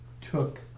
took